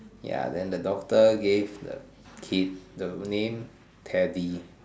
ya then the doctor gave the kid the name Teddy